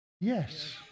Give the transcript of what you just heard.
Yes